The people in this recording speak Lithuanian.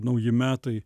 nauji metai